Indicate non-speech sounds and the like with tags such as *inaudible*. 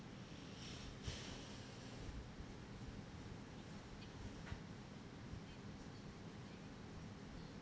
*breath*